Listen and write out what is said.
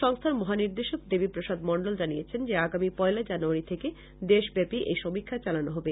সংস্থার মহা নির্দেশক দেবীপ্রসাদ মন্ডল জানিয়েছেন যে আগামী পয়লা জানুয়ারী থেকে দেশব্যাপী এই সমীক্ষা চালানো হবে